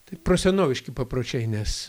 tai prosenoviški papročiai nes